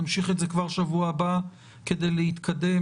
נמשיך את זה כבר בשבוע הבא כדי להתקדם,